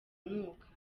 anuka